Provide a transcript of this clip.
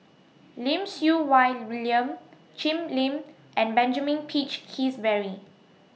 Lim Siew Wai William Jim Lim and Benjamin Peach Keasberry